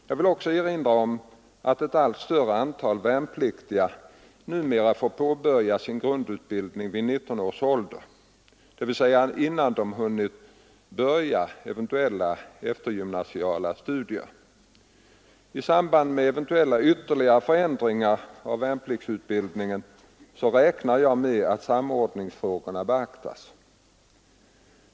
Jag vill också erinra om att ett allt större antal värnpliktiga numera får påbörja sin grundutbildning vid 19 års ålder, dvs. innan de hunnit börja eventuella eftergymnasiala studier. I samband med eventuella ytterligare förändringar av värnpliktsutbildningen räknar jag med att samordningsfrågorna beaktas.